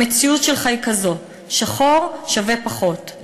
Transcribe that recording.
המציאות שלך היא כזאת: שחור שווה פחות,